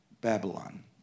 Babylon